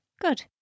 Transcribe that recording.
Good